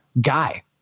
guy